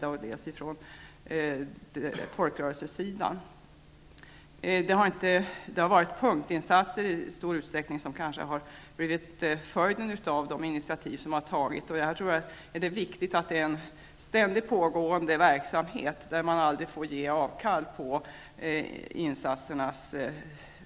Det har i stor utsträckning varit fråga om punktinsatser som har blivit följden av de initiativ som har tagits. Det är viktigt att denna verksamhet är ständigt pågående och att man aldrig får ge avkall på insatsernas